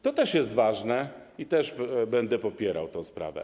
To też jest ważne i też będę popierał tę sprawę.